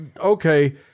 okay